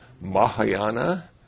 Mahayana